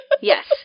yes